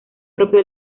propio